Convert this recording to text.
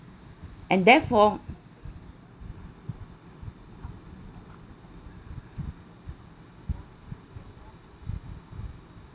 and therefore